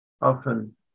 often